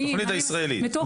בתוכנית הישראלית.